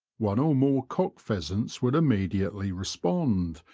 one or more cock pheasants would immediately respond,